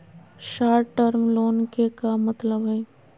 Short term loan के का मतलब हई?